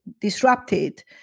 disrupted